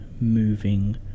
moving